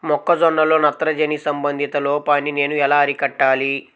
మొక్క జొన్నలో నత్రజని సంబంధిత లోపాన్ని నేను ఎలా అరికట్టాలి?